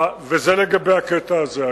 זה לגבי הקטע הזה.